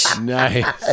Nice